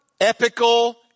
epical